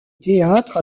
théâtre